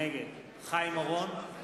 נגד חיים אורון,